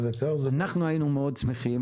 אנחנו היינו מאוד שמחים.